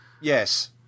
Yes